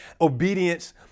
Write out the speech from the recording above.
obedience